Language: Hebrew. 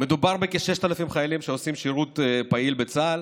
מדובר בכ-6,000 חיילים שעושים שירות פעיל בצה"ל.